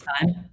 time